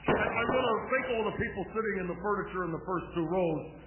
and i want to thank all the people sitting in the furniture in the first two rows.